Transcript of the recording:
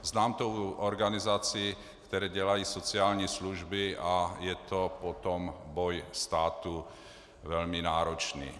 Znám to u organizací, které dělají sociální služby, a je to potom boj státu velmi náročný.